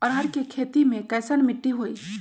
अरहर के खेती मे कैसन मिट्टी होइ?